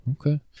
Okay